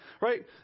right